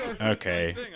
Okay